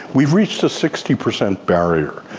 we've reached a sixty percent barrier.